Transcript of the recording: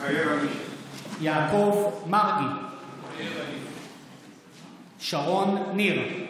מתחייב אני יעקב מרגי, מתחייב אני שרון ניר,